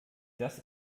das